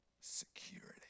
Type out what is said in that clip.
Security